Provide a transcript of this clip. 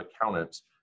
accountants